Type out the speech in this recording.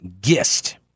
Gist